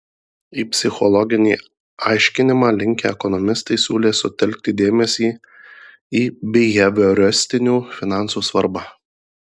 į psichologinį aiškinimą linkę ekonomistai siūlė sutelkti dėmesį į bihevioristinių finansų svarbą